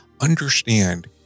understand